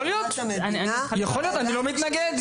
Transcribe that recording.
יכול להיות, אני לא מתנגד.